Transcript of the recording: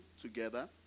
together